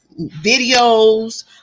videos